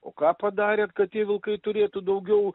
o ką padarė kad tie vilkai turėtų daugiau